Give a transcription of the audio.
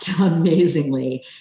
amazingly